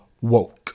woke